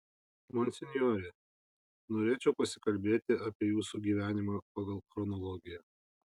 monsinjore norėčiau pasikalbėti apie jūsų gyvenimą pagal chronologiją